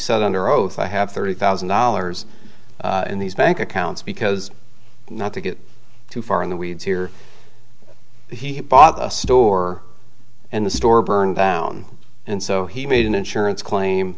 said under oath i have thirty thousand dollars in these bank accounts because not to get too far in the weeds here he bought the store and the store burned down and so he made an insurance